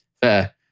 fair